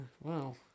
wow